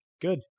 good